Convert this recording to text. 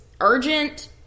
urgent